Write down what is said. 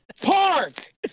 Park